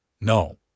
No